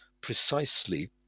precisely